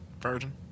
Virgin